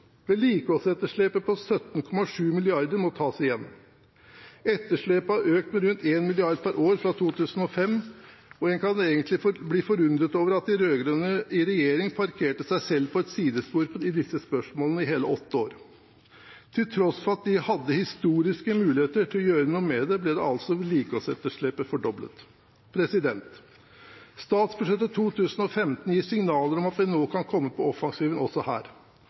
Vedlikeholdsetterslepet på 17,7 mrd. kr må tas igjen. Etterslepet har økt med rundt 1 mrd. kr per år fra 2005, og en kan egentlig bli forundret over at de rød-grønne i regjering parkerte seg selv på et sidespor i disse spørsmålene i hele åtte år. Til tross for at de hadde historiske muligheter til å gjøre noe med det, ble altså vedlikeholdsetterslepet fordoblet. Statsbudsjettet for 2015 gir signaler om at vi nå kan komme på offensiven også her.